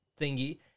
thingy